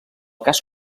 cas